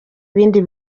bindi